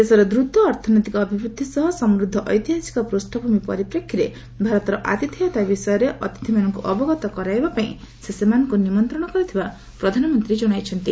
ଦେଶର ଦ୍ରତ ଅର୍ଥନୈତିକ ଅଭିବୃଦ୍ଧି ସହ ସମୃଦ୍ଧ ଐତିହାସିକ ପ୍ଷଭୂମି ପରିପ୍ରେକ୍ଷୀରେ ଅତିଥିମାନେ ଭାରତ ଆତିଥ୍ୟୟତା ବିଷୟରେ ଅତିଥିମାନଙ୍କୁ ଅବଗତ କରାଇବା ପାଇଁ ସେ ସେମାନଙ୍କୁ ନିମନ୍ତ୍ରଣ କରିଥିବା ପ୍ରଧାନମନ୍ତ୍ରୀ ଜଣାଇଛନ୍ତି